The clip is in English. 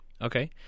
okay